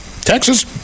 Texas